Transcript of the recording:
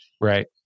Right